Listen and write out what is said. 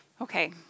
Okay